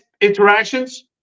interactions